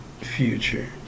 Future